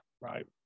right